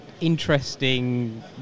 interesting